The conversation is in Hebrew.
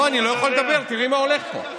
לא, אני לא יכול לדבר, תראי מה הולך פה.